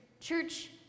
church